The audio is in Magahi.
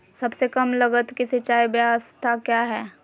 सबसे कम लगत की सिंचाई ब्यास्ता क्या है?